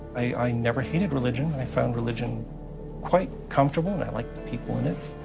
i never hated religion. i found religion quite comfortable, and i liked the people in it.